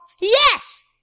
Yes